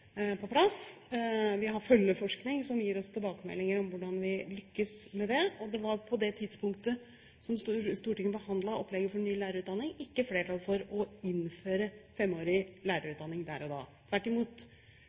på plass. Vi har følgeforskning, som gir oss tilbakemeldinger om hvordan vi lykkes med det. Det var på det tidspunktet Stortinget behandlet opplegget for ny lærerutdanning, ikke flertall for å innføre 5-årig lærerutdanning. Tvert imot